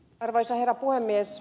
arvoisa herra puhemies